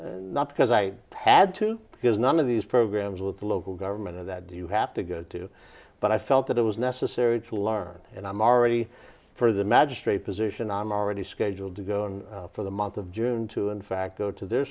know not because i had to because none of these programs with the local government or that do you have to go to but i felt that it was necessary to learn and i'm already for the magistrate position i'm already scheduled to go on for the month of june to in fact go to their